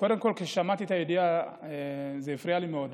קודם כול, כששמעתי את הידיעה זה הפריע לי מאוד.